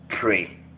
pray